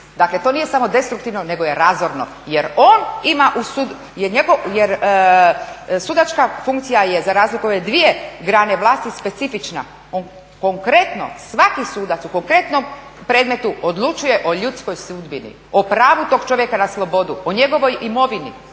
Dakle, to nije samo destruktivno, nego je razorno jer sudačka funkcija je za razliku od ove dvije grane vlasti specifična. Konkretno, svaki sudac u konkretnom predmetu odlučuje o ljudskoj sudbini, o pravu tog čovjeka na slobodu, o njegovoj imovini